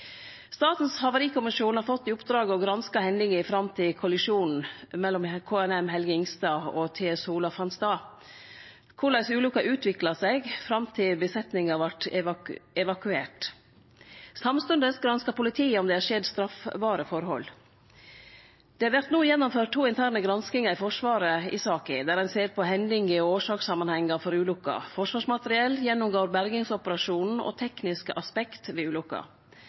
Statens havarikommisjon har fått i oppdrag å granske hendinga fram til kollisjonen mellom KNM «Helge Ingstad» og «Sola TS» fann stad, korleis ulukka utvikla seg fram til besetninga vart evakuert. Samstundes granskar politiet om det har skjedd straffbare forhold. Det vert no gjennomført to interne granskingar i Forsvaret i saka, der ein ser på hendinga og årsakssamanhengar for ulukka. Forsvarsmateriell gjennomgår bergingsoperasjonen og tekniske aspekt ved ulukka.